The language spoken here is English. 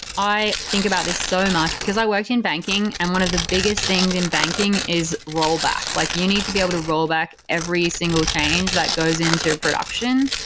i think about this so much, because i worked in banking. and one of the biggest things in banking is roll back. like you need to be able to roll back every single change that goes into production.